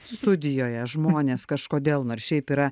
studijoje žmonės kažkodėl nors šiaip yra